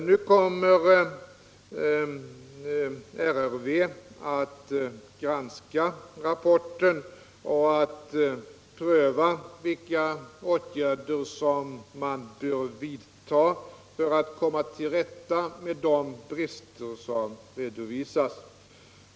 Nu kommer RRV att granska rapporten och att pröva vilka åtgärder man bör vidta för att komma till rätta med de brister som redovisas.